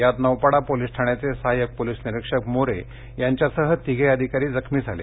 यात नौपाडा पोलीस ठाण्याचे सहायक पोलीस निरीक्षक मोरे यांच्यासह तिघे वधिकारी जखमी झाले